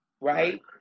Right